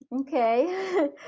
okay